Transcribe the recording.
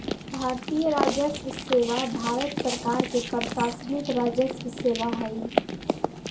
भारतीय राजस्व सेवा भारत सरकार के प्रशासनिक राजस्व सेवा हइ